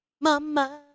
Mama